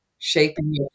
shaping